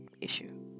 issue